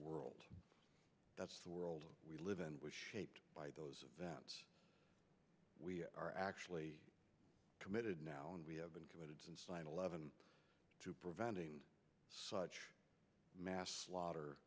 world that's the world we live in was shaped by those events we are actually committed now and we have been committed since nine eleven to preventing such mass slaughter